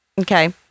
okay